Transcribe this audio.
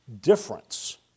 difference